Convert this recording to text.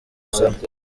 usaba